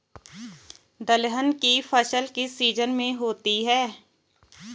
दलहन की फसल किस सीजन में होती है?